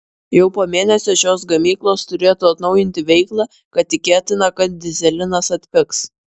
jau po mėnesio šios gamyklos turėtų atnaujinti veiklą tad tikėtina kad dyzelinas atpigs